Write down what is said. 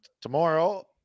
Tomorrow